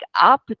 up